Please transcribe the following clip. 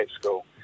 school